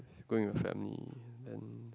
going with family then